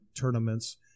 tournaments